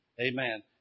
Amen